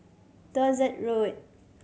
Dorset Road